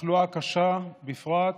מהתחלואה הקשה בפרט,